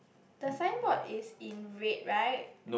the signboard is in red right